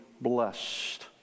blessed